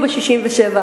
יש שר הפנים שהתייחס לזה.